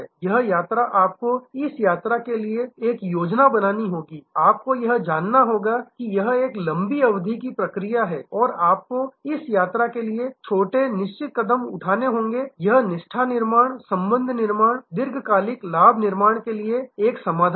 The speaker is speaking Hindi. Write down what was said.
यह यात्रा आपको इस यात्रा के लिए एक योजना बनानी होगी आपको यह जानना होगा कि यह एक लंबी अवधि की प्रक्रिया है और आपको इस यात्रा के लिए छोटे निश्चित कदम उठाने होंगे यह निष्ठा निर्माण संबंध निर्माण दीर्घकालिक लाभ निर्माण के लिए एक समाधान है